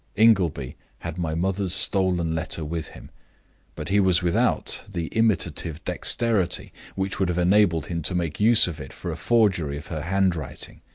ingleby had my mother's stolen letter with him but he was without the imitative dexterity which would have enabled him to make use of it for a forgery of her handwriting.